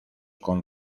con